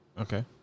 Okay